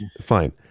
fine